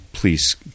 Please